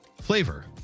Flavor